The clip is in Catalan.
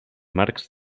marcs